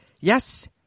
Yes